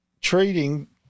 treating